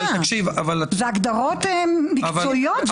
אלה הגדרות מקצועיות.